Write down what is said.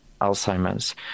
Alzheimer's